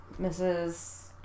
Mrs